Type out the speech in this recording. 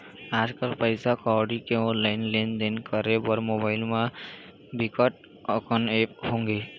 आजकल पइसा कउड़ी के ऑनलाईन लेनदेन करे बर मोबाईल म बिकट अकन ऐप होगे हे